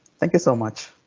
thank you so much.